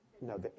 No